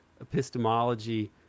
epistemology